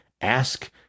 ask